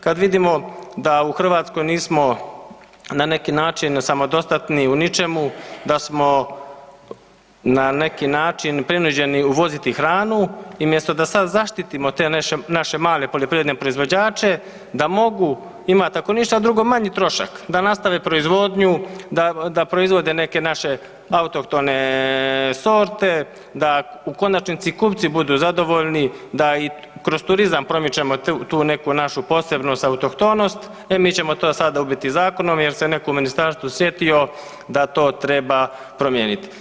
Kad vidimo da u Hrvatskoj nismo na neki način samodostatni u ničemu, da smo na neki način prinuđeni uvoziti hranu i umjesto da sad zaštitimo te naše male poljoprivredne proizvođače da mogu imat ako ništa drugo manji trošak da nastave proizvodnju, da proizvode neke naše autohtone sorte, da u konačnici kupci budu zadovoljni, da i kroz turizam promičemo tu neku našu posebnost autohtonost, e mi ćemo to sada ubiti zakonom jer se neko u ministarstvu sjetio da to treba promijenit.